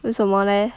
为什么 leh